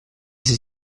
sei